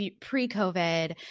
pre-COVID –